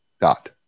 dot